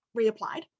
reapplied